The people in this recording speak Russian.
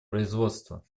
производства